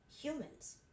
humans